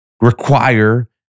require